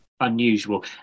unusual